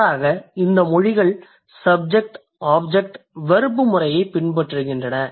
மாறாக இந்த மொழிகள் சப்ஜெக்ட் ஆப்ஜெக்ட் வெர்ப் முறையைப் பின்பற்றுகின்றன